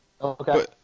Okay